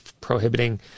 prohibiting